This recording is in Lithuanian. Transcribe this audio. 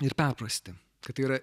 ir perprasti kad tai yra